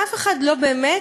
אף אחד לא באמת